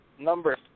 number